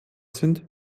sind